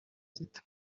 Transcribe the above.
sita